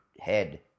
head